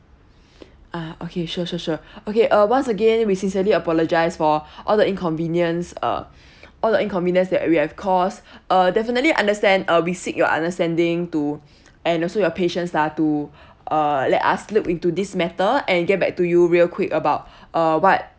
ah okay sure sure sure okay uh once again we sincerely apologize for all the inconvenience uh all the inconvenience that we have caused uh definitely understand uh we seek your understanding to and also your patience lah to uh let us look into this matter and get back to you real quick about uh what